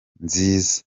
nziza